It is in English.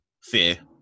Fear